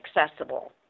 accessible